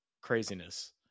craziness